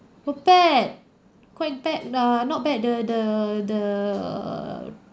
prepare quite bad lah not bad the the the